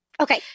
Okay